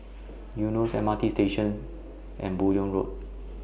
Eunos M R T Station and Buyong Road